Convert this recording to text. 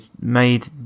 made